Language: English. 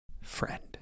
friend